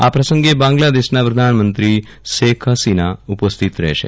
આ પ્રસંગે બાંગ્લાદેશના પ્રધાનમંત્રી શેખ હસીના ઉપસ્થિત રહેશે